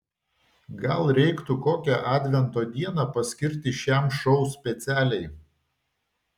gal reiktų kokią advento dieną paskirti šiam šou specialiai